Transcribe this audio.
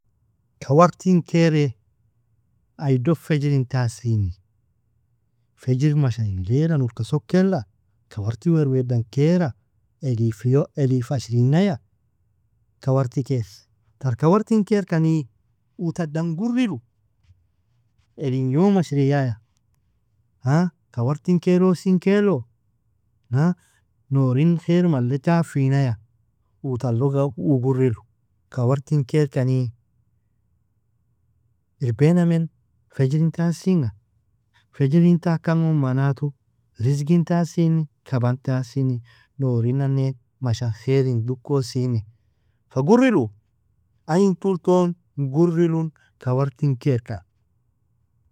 Kawartin kere, aido fejrin taasini, fejri masha elalan urka sokela, kawartin werwedan kera, elifio eli fa ashringnaya, kawarti kere, tar kawartin kerekani uu tadan gurilu, elinyom ashriaya." kawartin kerosinkelo." nourin kheir malle jafinaya, uu talog au- uu guriru, kawartin kerekani, irbenamen fejrin taasinga, fejrin taakan gon manatu rizigin taasini, kaban taasini, nourin nane mashan kherin dukoasini, fa gurilu aintulton gurilun kawartin kerkan.